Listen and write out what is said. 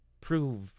prove